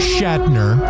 Shatner